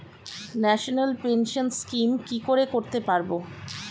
National pension scheme কি করে করতে পারব?